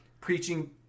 preaching